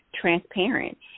transparent